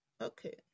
Okay